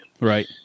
right